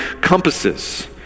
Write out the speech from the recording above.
compasses